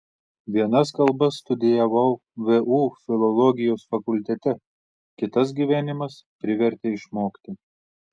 vienas kalbas studijavau vu filologijos fakultete kitas gyvenimas privertė išmokti